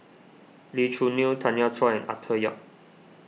Lee Choo Neo Tanya Chua Arthur Yap